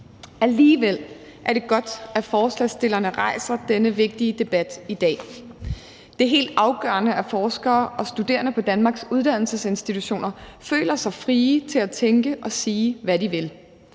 Alligevel er det godt, at forslagsstillerne rejser denne vigtige debat i dag. Det er helt afgørende, at forskere og studerende på Danmarks uddannelsesinstitutioner føler sig frie til at tænke og sige, hvad de vil.